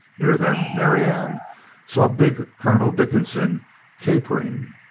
near them marianne saw big colonel dickinson capering.